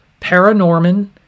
Paranorman